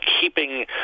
keeping